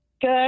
Good